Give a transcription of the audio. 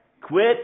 Quit